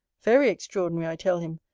very extraordinary, i tell him,